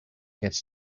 gets